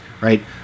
Right